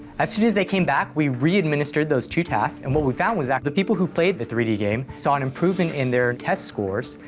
as soon as they came back, we re administered those two tasks. and what we found was that the people who played the three d game saw an improvement in their test scores,